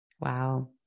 Wow